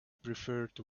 preferred